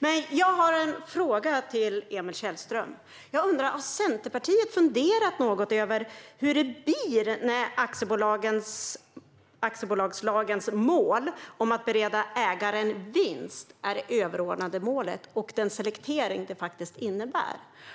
mig. Jag har en fråga till Emil Källström: Har Centerpartiet funderat över hur det blir när aktiebolagslagens mål att bereda ägaren vinst är det överordnade målet, med den selektering som detta innebär?